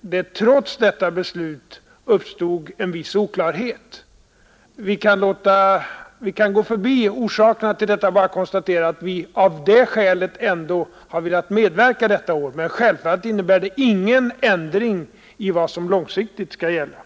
det trots detta beslut uppstod en viss oklarhet. Vi kan förbigå orsakerna till detta och bara konstatera att vi av det skälet ändå har velat medverka detta år. Men självfallet innebär det ingen ändring i vad som långsiktigt skall gälla.